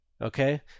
Okay